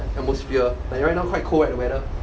atmosphere but right now quite cold right the weather